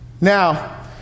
Now